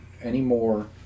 anymore